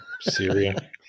Syria